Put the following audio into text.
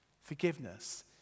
Forgiveness